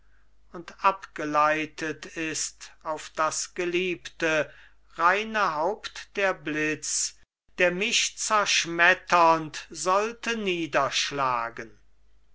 und abgeleitet ist auf das geliebte reine haupt der blitz der mich zerschmetternd sollte niederschlagen